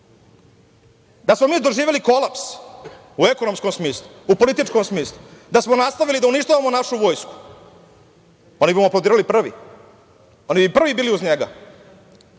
smo mi doživeli kolaps u ekonomskom smislu, u političkom smislu, da smo nastavili da uništavamo našu vojsku, oni bi mu aplaudirali prvi. Oni bi prvi bili uz njega.